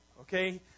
Okay